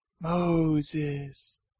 Moses